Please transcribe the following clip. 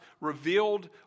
revealed